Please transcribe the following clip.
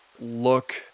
look